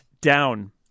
Down